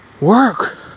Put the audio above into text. work